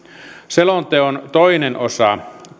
nyt selonteon toinen osa